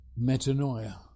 metanoia